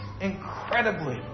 incredibly